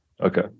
Okay